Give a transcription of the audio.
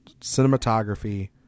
cinematography